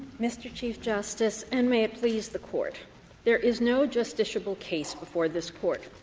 mr. chief justice, and may it please the court there is no justiciable case before this court.